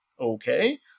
okay